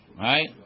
right